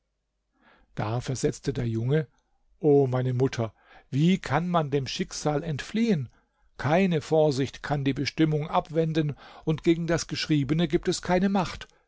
da versetzte der junge o meine mutter wie kann man dem schicksal entfliehen keine vorsicht kann die bestimmung abwenden und gegen das geschriebene gibt es keine macht